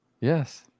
Yes